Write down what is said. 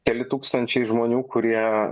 keli tūkstančiai žmonių kurie